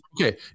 Okay